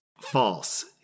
False